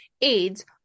AIDS